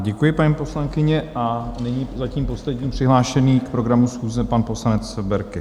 Děkuji, paní poslankyně, a nyní zatím poslední přihlášený k programu schůze, pan poslanec Berki.